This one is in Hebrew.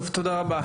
טוב, תודה רבה.